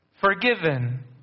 forgiven